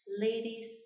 ladies